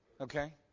okay